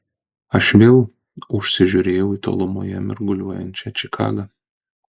aš vėl užsižiūrėjau į tolumoje mirguliuojančią čikagą